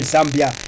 Zambia